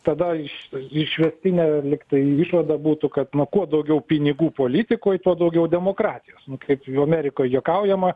tada iš išvestinė lyg tai išvada būtų kad nu kuo daugiau pinigų politikoj tuo daugiau demokratijos nu kaip amerikoj juokaujama